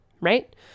Right